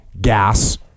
gas